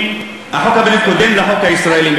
החוק הבין-לאומי קודם לחוק הישראלי.